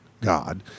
God